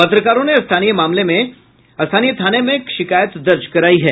पत्रकारों ने स्थानीय थाने में शिकायत दर्ज करायी है